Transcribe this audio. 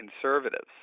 conservatives